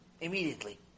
immediately